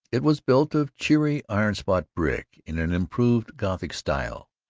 it was built of cheery iron-spot brick in an improved gothic style,